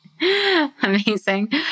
amazing